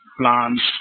plants